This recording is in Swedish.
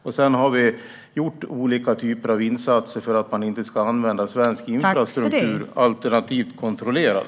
Vi har också gjort olika typer av insatser för att man inte ska använda svensk infrastruktur alternativt använda den kontrollerat.